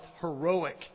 heroic